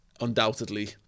undoubtedly